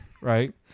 Right